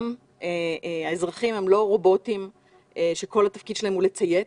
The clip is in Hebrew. האזרחים הם לא רובוטים שכל תפקידם לציית.